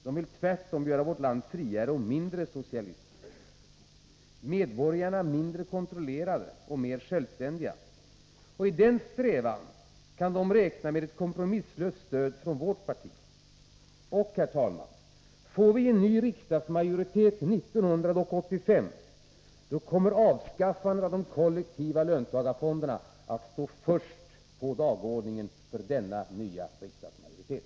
De vill tvärtom göra vårt land friare och mindre socialistiskt, medborgarna mindre kontrollerade och mer självständiga. I den strävan kan de räkna med ett kompromisslöst stöd från vårt parti. Och får vi, herr talman, en ny riksdagsmajoritet 1985, kommer avskaffandet av de kollektiva löntagarfonderna att stå först på dagordningen för denna nya riksdagsmajoritet.